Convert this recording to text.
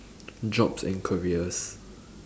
jobs and careers